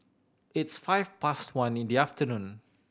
its five past one in the afternoon